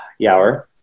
Yower